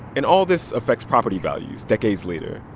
and all this affects property values decades later.